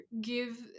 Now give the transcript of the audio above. give